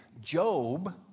Job